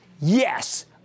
Yes